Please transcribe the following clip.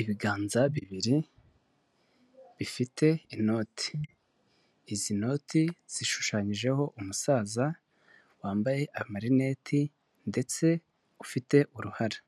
Ibiganza bibiri bifite inoti. Izi noti zishushanyijeho umusaza wambaye amarinete ndetse ufite uruhara.